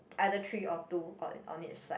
either three or two got on each side